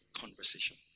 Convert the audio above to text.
conversation